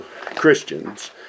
Christians